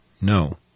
no